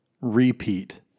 repeat